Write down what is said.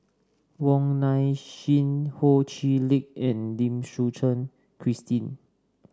Wong Nai Chin Ho Chee Lick and Lim Suchen Christine